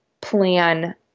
plan